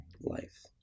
life